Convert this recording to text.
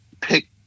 pick